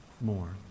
more